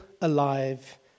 alive